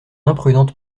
imprudente